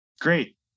great